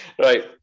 right